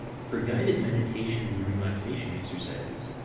for guided meditation and relaxation exercises,